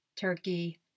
turkey